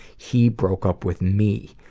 he broke up with me.